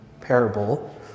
parable